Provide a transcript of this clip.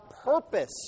Purpose